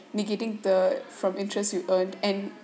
negating the from interest you earned and